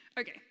Okay